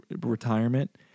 retirement